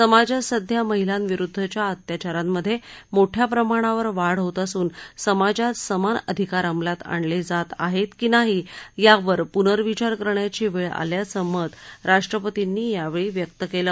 समाजात सध्या महिलांविरुद्धच्या अत्याचारांमधे मोठ्या प्रमाणावर वाढ होत असून समाजात समान अधिकार अंमलात आणले जात आहेत की नाही यावर पुनर्विचार करण्याची वेळ आल्याचं मत राष्ट्रपतींनी यावेळी व्यक्त केलं